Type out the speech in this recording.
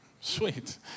sweet